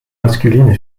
masculines